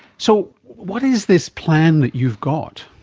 so what is this plan that you've got?